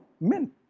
men